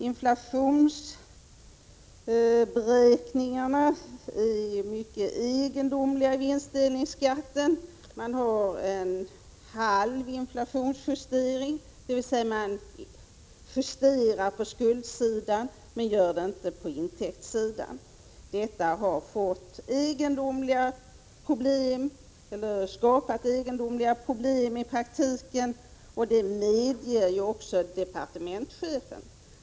Inflationsberäkningarna i vinstdelningsskatten är mycket egendomliga. Man har en halv inflationsjustering, dvs. man justerar på skuldsidan men inte på intäktssidan. Detta har skapat egendomliga problem i praktiken — det medger också departementschefen.